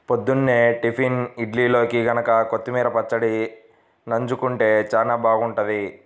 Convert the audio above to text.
పొద్దున్నే టిఫిన్ ఇడ్లీల్లోకి గనక కొత్తిమీర పచ్చడి నన్జుకుంటే చానా బాగుంటది